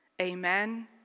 Amen